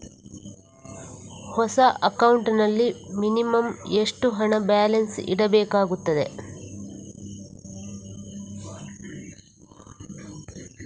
ಹೊಸ ಅಕೌಂಟ್ ನಲ್ಲಿ ಮಿನಿಮಂ ಎಷ್ಟು ಹಣ ಬ್ಯಾಲೆನ್ಸ್ ಇಡಬೇಕಾಗುತ್ತದೆ?